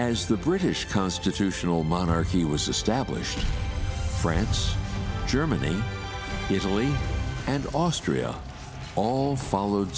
as the british constitutional monarchy was established france germany italy and austria all followed